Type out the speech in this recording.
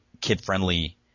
kid-friendly